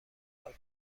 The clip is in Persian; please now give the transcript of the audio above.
پاک